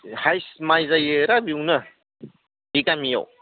highest माइ जायोब्रा बेयावनो बे गामियाव